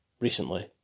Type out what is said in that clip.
recently